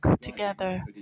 together